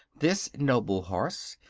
this, noble horse,